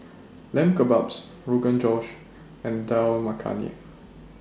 Lamb Kebabs Rogan Josh and Dal Makhani